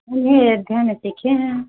यही अयोध्या में सीखे हैं हम